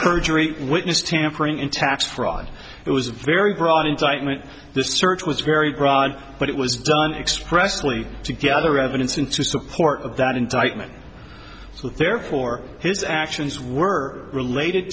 perjury witness tampering in tax fraud it was very broad incitement this search was very broad but it was done expressly to gather evidence into support of that indictment so therefore his actions were related